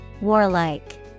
Warlike